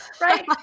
Right